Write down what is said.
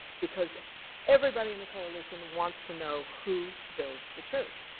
because everybody in the coalition wants to know who builds the church.